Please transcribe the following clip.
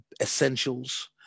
essentials